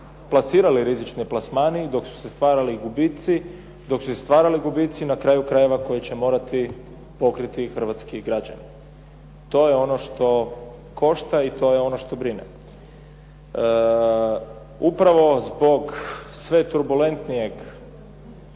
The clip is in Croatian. plasirali rizični plasmani i dok su se stvarali gubitci, dok su se stvarali gubitci na kraju krajeva koje će morati pokriti hrvatski građani. To je ono što košta i to je ono što brine. Upravo zbog sve turbulentnijih